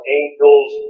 angels